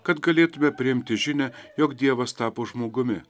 kad galėtume priimti žinią jog dievas tapo žmogumi